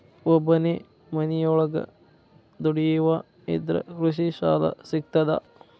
ಒಬ್ಬನೇ ಮನಿಯೊಳಗ ದುಡಿಯುವಾ ಇದ್ರ ಕೃಷಿ ಸಾಲಾ ಸಿಗ್ತದಾ?